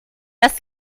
normal